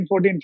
14